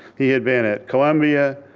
he had been at columbia,